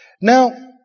Now